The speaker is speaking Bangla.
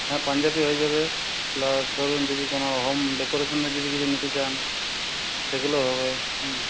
হ্যাঁ পাঞ্জাবি হয়ে যাবে প্লাস ধরুন যদি কোনো হোম ডেকোরেশনের যদি কিছু নিতে চান সেগুলো হবে হুম